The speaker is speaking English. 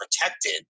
protected